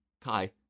Kai